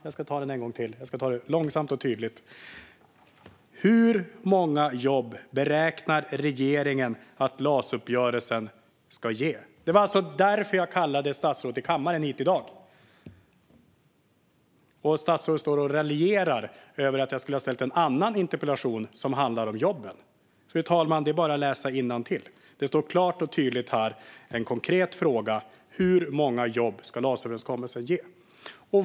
Jag tar den en gång till, fru talman, långsamt och tydligt: "Hur många jobb beräknar regeringen att LAS-uppgörelsen ska ge?" Det var alltså därför jag kallade statsrådet hit till kammaren i dag. Statsrådet står och raljerar över att jag skulle ha ställt en annan interpellation. Men, fru talman, det är bara att läsa innantill. Det står klart och tydligt här, och det är en konkret fråga: Hur många jobb ska LAS-överenskommelsen ge?